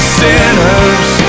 sinners